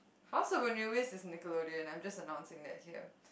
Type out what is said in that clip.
House-of-Anubis is Nickelodeon I'm just announcing it here